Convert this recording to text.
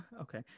Okay